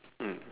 mm